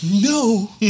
No